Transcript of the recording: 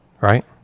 right